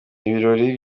ibirori